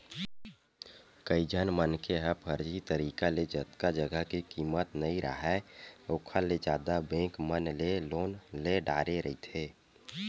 कइझन मनखे ह फरजी तरिका ले जतका जघा के कीमत नइ राहय ओखर ले जादा बेंक मन ले लोन ले डारे रहिथे